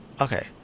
Okay